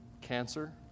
cancer